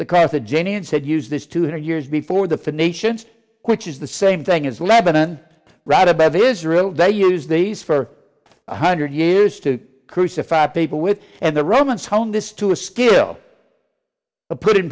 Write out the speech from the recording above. carthaginian said use this two hundred years before the phoenicians which is the same thing as lebanon right above israel they use these for one hundred years to crucify people with and the romans hone this to a skill of putting